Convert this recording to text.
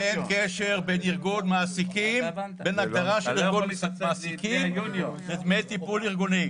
אין קשר בין הכרה של ארגון מעסיקים לדמי טיפול ארגוני.